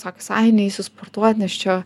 sakius ai neisiu sportuot nes čia